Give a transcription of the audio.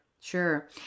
sure